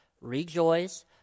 rejoice